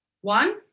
One